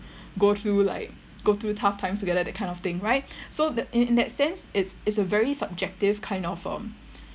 go through like go through tough times together that kind of thing right so th~ in that sense it's it's a very subjective kind of um